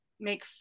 make